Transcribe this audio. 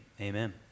Amen